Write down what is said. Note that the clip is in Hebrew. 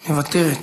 מוותרת,